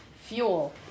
Fuel